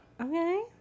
okay